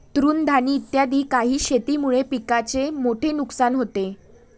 तृणधानी इत्यादी काही शेतीमुळे पिकाचे मोठे नुकसान होते